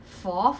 cause the